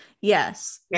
Yes